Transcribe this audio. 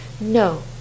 no